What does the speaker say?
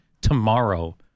tomorrow